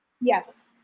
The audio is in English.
Yes